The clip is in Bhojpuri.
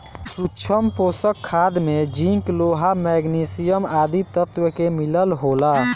सूक्ष्म पोषक खाद में जिंक, लोहा, मैग्निशियम आदि तत्व के मिलल होला